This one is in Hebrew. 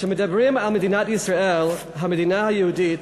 כשמדברים על מדינת ישראל, המדינה היהודית,